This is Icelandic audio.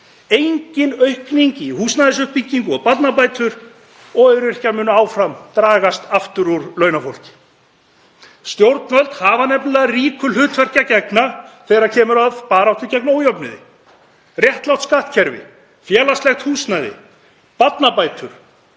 Engin aukning í húsnæðisuppbyggingu og barnabætur og öryrkjar munu áfram dragast aftur úr launafólki. Stjórnvöld hafa nefnilega ríku hlutverki að gegna þegar kemur að baráttunni gegn ójöfnuði. Réttlátt skattkerfi, félagslegt húsnæði, barnabætur